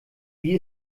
wie